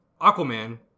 Aquaman